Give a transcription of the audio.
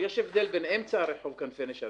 יש הבדל בין אמצע רחוב כנפי נשרים,